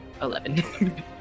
Eleven